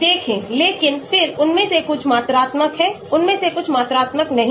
देखें लेकिन फिर उनमें से कुछ मात्रात्मक हैं उनमें से कुछ मात्रात्मक नहीं हैं